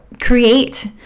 create